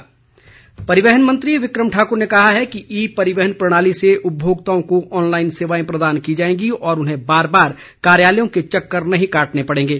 विक्रम ठाकुर परिवहन मंत्री विक्रम ठाकुर ने कहा है कि ई परिवहन प्रणाली से उपभोक्ताओं को ऑनलाईन सेवाएं प्रदान की जाएंगी और उन्हें बार बार कार्यालयों के चक्कर नहीं काटने पड़ेंगे